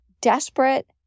desperate